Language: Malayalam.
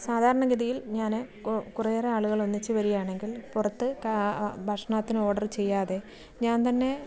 സാധാരണ ഗതിയിൽ ഞാൻ കു കുറെ ഏറെ ആളുകളൊന്നിച്ച് വരുകയാണെങ്കിൽ പുറത്ത് ഭക്ഷണത്തിന് ഓർഡർ ചെയ്യാതെ ഞാൻ തന്നെ